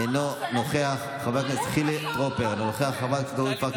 אינו נוכח, השר שלמה